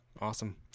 Awesome